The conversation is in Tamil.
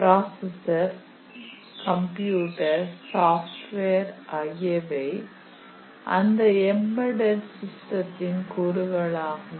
பிராசஸர் கம்ப்யூட்டர் சாஃப்ட்வேர் ஆகியவை அந்த எம்பெட்டெட் சிஸ்டத்தின் கூறுகளாகும்